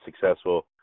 successful